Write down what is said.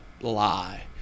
lie